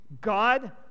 God